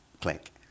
Click